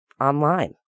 online